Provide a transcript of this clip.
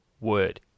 word